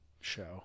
show